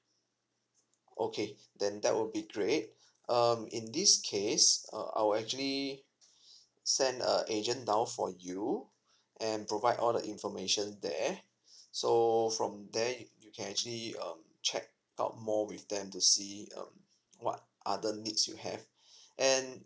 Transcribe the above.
okay then that will be great um in this case uh I'll actually send a agent down for you and provide all the information there so from there you can actually um check out more with them to see um what other needs you have and